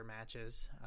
matches